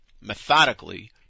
methodically